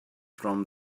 from